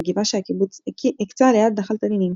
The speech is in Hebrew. על גבעה שהקיבוץ הקצה ליד נחל תנינים.